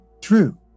True